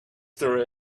there